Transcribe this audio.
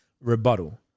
rebuttal